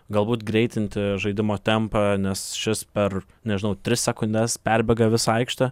galbūt greitinti žaidimo tempą nes šis per nežinau tris sekundes perbėga visą aikštę